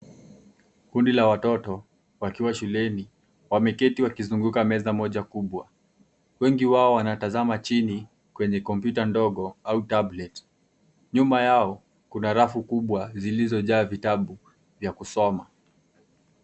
Kundi la watoto wakiwa shuleni. Wameketi wakizunguka meza moja kubwa. Wengi wao wanatazama chini kwenye kompyuta ndogo au tablet . Nyuma yao kuna rafu kubwa zilizojaa vitabu vya kusoma.